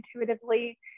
intuitively